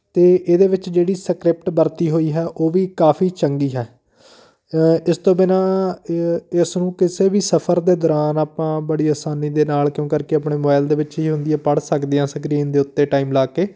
ਅਤੇ ਇਹਦੇ ਵਿੱਚ ਜਿਹੜੀ ਸਕ੍ਰਿਪਟ ਵਰਤੀ ਹੋਈ ਹੈ ਉਹ ਵੀ ਕਾਫੀ ਚੰਗੀ ਹੈ ਇਸ ਤੋਂ ਬਿਨਾਂ ਇਸ ਨੂੰ ਕਿਸੇ ਵੀ ਸਫਰ ਦੇ ਦੌਰਾਨ ਆਪਾਂ ਬੜੀ ਆਸਾਨੀ ਦੇ ਨਾਲ ਕਿਉਂ ਕਰਕੇ ਆਪਣੇ ਮੋਬਾਇਲ ਦੇ ਵਿੱਚ ਹੀ ਹੁੰਦੀ ਹੈ ਪੜ੍ਹ ਸਕਦਾ ਆ ਸਕਰੀਨ ਦੇ ਉੱਤੇ ਟਾਈਮ ਲਾ ਕੇ